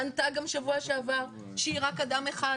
ענתה גם שבוע שעבר שהיא רק אדם אחד.